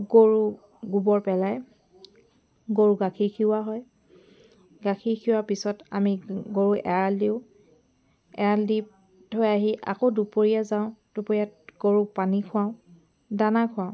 গৰুক গোবৰ পেলাই গৰু গাখীৰ খিৰোৱা হয় গাখীৰ খিৰোৱা পিছত আমি গৰু এৰাল দিওঁ এৰাল দি থৈ আহি আকৌ দুপৰীয়া যাওঁ দুপৰীয়া গৰু পানী খোৱাও দানা খোৱাও